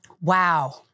Wow